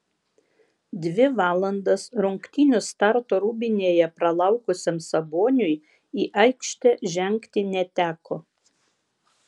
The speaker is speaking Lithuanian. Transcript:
dvi valandas rungtynių starto rūbinėje pralaukusiam saboniui į aikštę žengti neteko